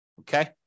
Okay